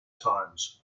times